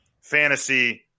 fantasy